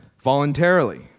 Voluntarily